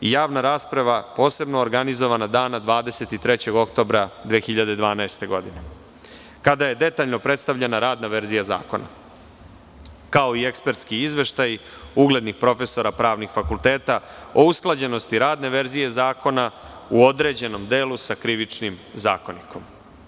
Javna rasprava posebno organizovana dana 23. oktobra 2012. godine kada je detaljno predstavljena radna verzija zakona, kao i ekspertski izveštaji uglednih profesora pravnih fakulteta o usklađenosti radne verzije zakona u određenom delu sa Krivičnim zakonikom.